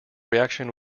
reaction